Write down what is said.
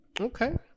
Okay